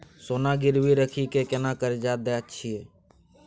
सोना गिरवी रखि के केना कर्जा दै छियै?